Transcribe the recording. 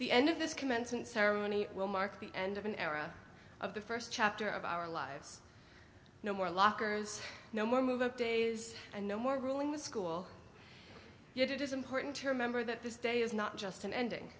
the end of this commencement ceremony will mark the end of an era of the first chapter of our lives no more lockers no more move a day is no more ruling the school yet it is important to remember that this day is not just an ending